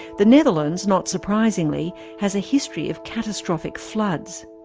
the netherlands, not surprisingly, has a history of catastrophic floods.